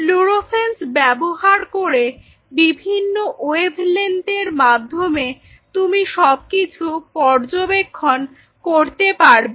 fluorescence ব্যবহার করে বিভিন্ন ওয়েভলেন্থের মাধ্যমে তুমি সবকিছু পর্যবেক্ষণ করতে পারবে